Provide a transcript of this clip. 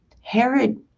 Herod